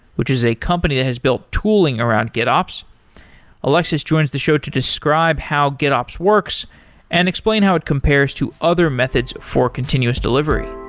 which is a company that has built tooling around gitops. alexis joins the show to describe how gitops works and explain how it compares to other methods for continuous delivery